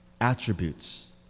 attributes